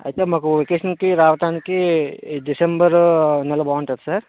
అయితే మాకు వెకేషన్కి రావటానికి డిసెంబరు నెల బాగుంటుందా సార్